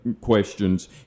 questions